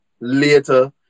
later